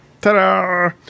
Ta-da